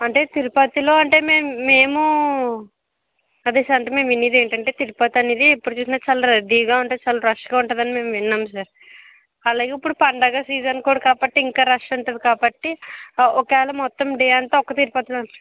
అంటే తిరుపతిలో అంటే మేము మేము అదే సార్ మేము అనేది ఏంటంటే తిరుపతి అనేది ఎప్పుడు చూసినా చాలా రద్దీగా ఉంటుంది చాలా రష్గా ఉంటుంది అని మేము విన్నాం సార్ అలాగే ఇప్పుడు పండగ సీజన్ కూడా కాబట్టి ఇంకా రష్ ఉంటుంది కాబట్టి ఒక వేళ మొత్తం డే అంతా ఒక్క తిరుపతిలో